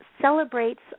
celebrates